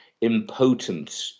impotent